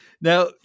Now